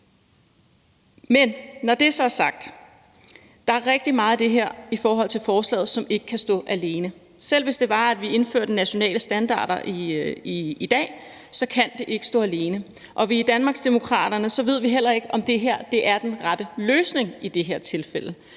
Men når det så er sagt, er der rigtig meget i forslaget, som ikke kan stå alene. Selv hvis vi indførte nationale standarder i dag, kan det ikke stå alene, og i Danmarksdemokraterne ved vi heller ikke, om det her er den rette løsning i det her tilfælde.